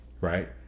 right